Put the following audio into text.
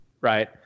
right